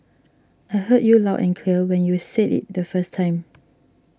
I heard you loud and clear when you said it the first time